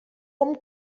hom